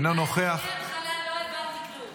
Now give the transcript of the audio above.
היא מדברת כבר חמש דקות,